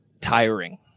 tiring